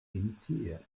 initiiert